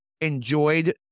enjoyed